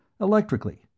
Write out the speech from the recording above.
Electrically